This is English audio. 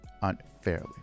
unfairly